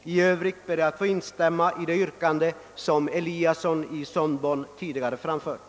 I övrigt ber jag att få instämma i det yrkande som herr Eliasson i Sundborn tidigare har framställt.